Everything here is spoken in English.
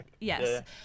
Yes